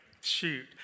shoot